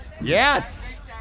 Yes